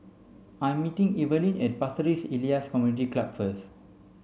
I'm meeting Evalyn at Pasir Ris Elias Community Club first